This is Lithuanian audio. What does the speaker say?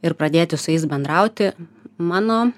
ir pradėti su jais bendrauti mano